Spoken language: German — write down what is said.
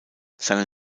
seine